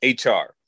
hr